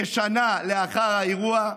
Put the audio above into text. כשנה לאחר האירוע,